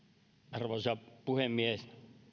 arvoisa puhemies